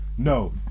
No